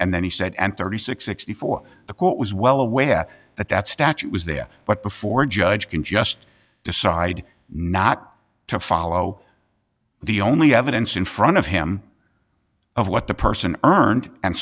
and then he said and thirty six sixty four the court was well aware that that statute was there but before a judge can just decide not to follow the only evidence in front of him of what the person earned and